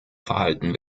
verhalten